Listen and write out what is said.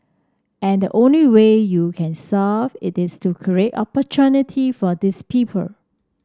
and the only way you can solve it is to create opportunity for these people